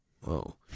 Whoa